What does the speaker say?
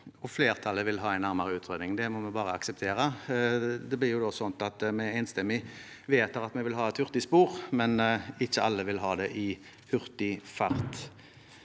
dag. Flertallet vil ha en nærmere utredning. Det må vi bare akseptere. Det blir sånn at vi enstemmig vedtar at vi vil ha et hurtigspor, men ikke alle vil ha det i hurtig fart.